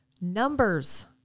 Numbers